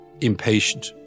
impatient